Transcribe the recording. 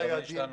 זה יעד מאוד